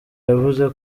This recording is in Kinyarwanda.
yavuze